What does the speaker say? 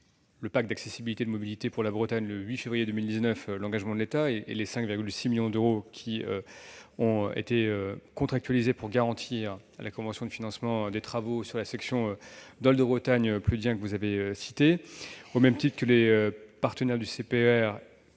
le pacte d'accessibilité et de mobilité pour la Bretagne, le 8 février 2019, l'engagement de l'État sur les 5,6 millions d'euros qui ont été contractualisés pour garantir la convention de financement des travaux sur la section Dol-de-Bretagne-Pleudihen, que vous avez citée, et, au même titre que les partenaires du CPER,